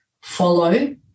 follow